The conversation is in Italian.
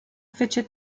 fece